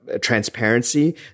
transparency